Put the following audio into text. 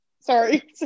sorry